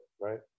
right